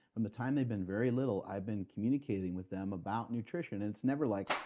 from the time they've been very little i've been communicating with them about nutrition. it's never like,